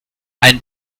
ein